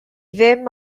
ddim